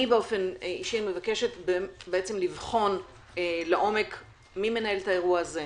אני באופן אישי מבקשת לבחון לעומק מי מנהל את האירוע הזה,